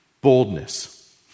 boldness